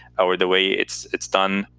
or the way it's it's done,